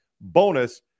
bonus